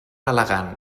elegant